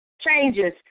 Changes